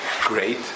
great